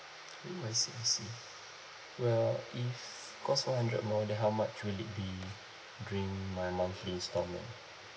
I see I see well if costs hundred more then how much would it be during my monthly instalment